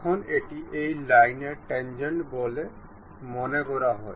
এখন এটি এই লাইনের ট্যান্জেন্ট বলে মনে করা হয়